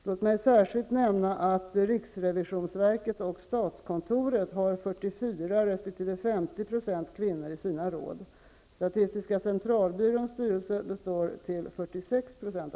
Låt mig särskilt nämna att riksrevisionsverket och statskontoret har 44 resp. 50 kvinnor i sina råd.